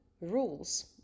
rules